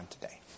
today